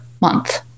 month